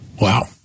Wow